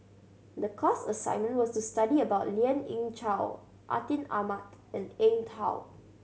the class assignment was to study about Lien Ying Chow Atin Amat and Eng Tow